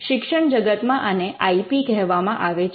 શિક્ષણ જગતમાં આને આઇ પી કહેવામાં આવે છે